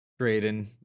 Drayden